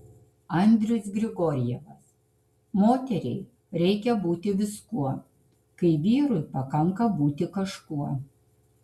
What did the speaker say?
andrius grigorjevas moteriai reikia būti viskuo kai vyrui pakanka būti kažkuo